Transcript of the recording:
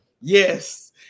yes